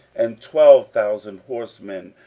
and twelve thousand horsemen,